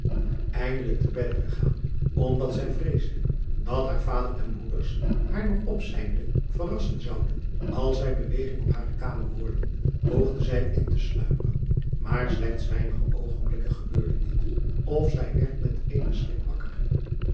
indelijk te bedde gegaan omdat zij vreesde dat haar vader en broeders haar nog driaan oosjes zn et leven van illegonda uisman op zijnde verrassen zouden als zij beweging op hare kamer hoorden poogde zij in te sluimeren maar slechts weinige oogenblikken gebeurde dit of zij werd met eenen schrik wakker